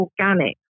organic